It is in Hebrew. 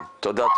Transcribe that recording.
תודה.